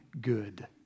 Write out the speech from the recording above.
good